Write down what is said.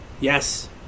Yes